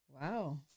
Wow